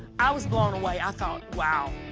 i was blown away. i thought, wow,